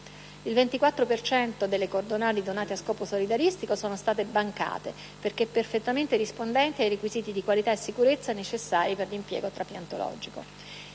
delle unità cordonali donate a scopo solidaristico sono state bancate perché perfettamente rispondenti ai requisiti di qualità e sicurezza necessari per l'impiego trapiantologico.